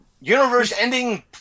universe-ending